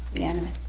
unanimous.